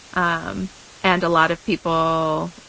um and a lot of people,